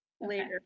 later